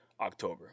October